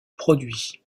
produit